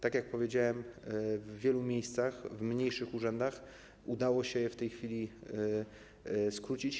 Tak jak powiedziałem, w wielu miejscach w mniejszych urzędach udało się je w tej chwili skrócić.